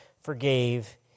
forgave